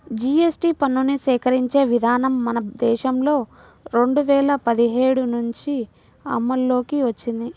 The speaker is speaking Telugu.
జీఎస్టీ పన్నుని సేకరించే విధానం మన దేశంలో రెండు వేల పదిహేడు నుంచి అమల్లోకి వచ్చింది